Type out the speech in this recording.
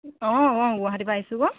অঁ অঁ গুৱাহাটীৰপৰা আহিছোঁ আকৌ